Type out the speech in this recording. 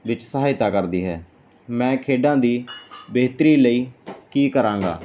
ਵਿੱਚ ਸਹਾਇਤਾ ਕਰਦੀ ਹੈ ਮੈਂ ਖੇਡਾਂ ਦੀ ਬਿਹਤਰੀ ਲਈ ਕੀ ਕਰਾਂਗਾ